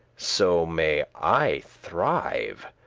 so may i thrive,